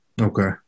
Okay